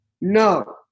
No